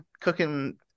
cooking